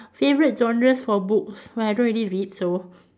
favourite genres for books but I don't really read so